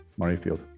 Murrayfield